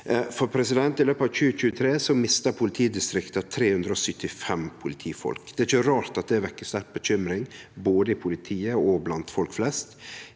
I løpet av 2023 mista politidistrikta 375 politifolk. Det er ikkje rart at det vekkjer sterk bekymring, både i politiet og blant folk